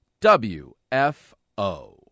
WFO